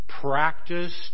practiced